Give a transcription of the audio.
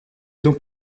donc